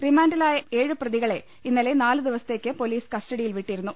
റിമാന്റിലായ ഏഴു പ്രതികളെ ഇന്നലെ നാലുദിവസത്തേക്ക് പൊലീസ് കസ്റ്റഡി യിൽ വിട്ടിരുന്നു